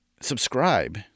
subscribe